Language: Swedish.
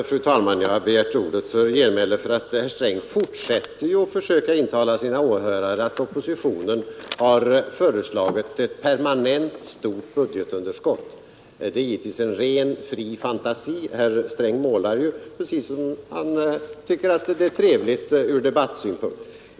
Fru talman! Jag har begärt ordet för genmäle därför att herr Sträng försöker intala sina åhörare att oppositionen har föreslagit ett permanent stort budgetunderskott. Det är givetvis en ren fantasi. Herr Sträng målar ju precis som han tycker är trevligt ur debattsynpunkt.